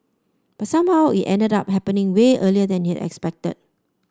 but somehow it ended up happening way earlier than he expected